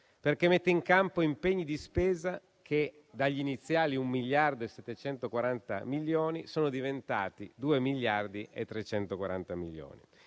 perché mette in campo impegni di spesa che dagli iniziali un miliardo e 740 milioni sono diventati due miliardi e 340 milioni.